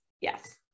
yes